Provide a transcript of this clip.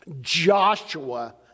Joshua